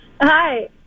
Hi